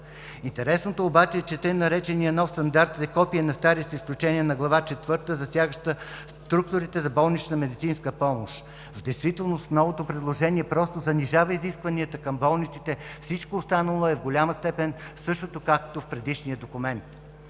Интересното обаче е, че тъй нареченият нов стандарт е копие на стария с изключение на Глава четвърта, засягаща структурите за болнична медицинска помощ. В действителност новото предложение просто занижава изискванията към болниците, всичко останало е в голяма степен същото, както в предишния документ.